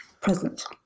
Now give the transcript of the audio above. Presence